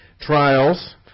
trials